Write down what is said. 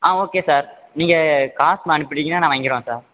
ஆ okay sir நீங்கள் காசு அனுப்பிட்டிங்கன்னா நான் வாங்கிருவேன் சார்